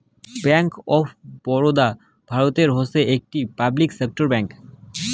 bank of Baroda ভারতের হসে একটি পাবলিক সেক্টর ব্যাঙ্ক